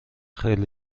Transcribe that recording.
خیلی